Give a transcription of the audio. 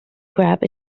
grab